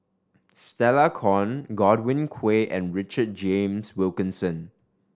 Stella Kon Godwin Koay and Richard James Wilkinson